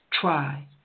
try